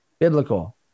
biblical